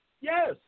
Yes